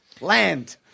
Land